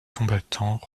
combattants